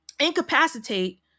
Incapacitate